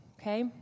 Okay